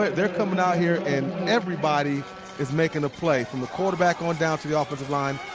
but they're coming out here and everybody is making a play from the quarterback on down to the offensive line.